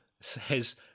says